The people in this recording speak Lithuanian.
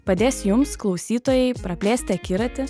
padės jums klausytojai praplėsti akiratį